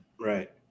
Right